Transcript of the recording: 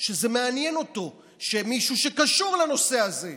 שזה מעניין אותו, מישהו שקשור לנושא הזה.